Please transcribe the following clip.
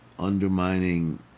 Undermining